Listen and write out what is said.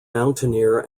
mountaineer